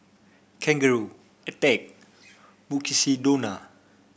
Kangaroo Attack Mukshidonna